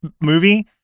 movie